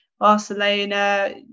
Barcelona